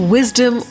Wisdom